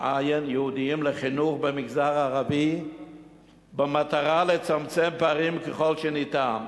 לחינוך במגזר הערבי במטרה לצמצם פערים ככל שניתן.